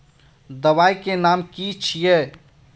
दबाई के नाम की छिए?